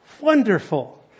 wonderful